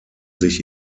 sich